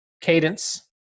Cadence